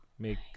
Make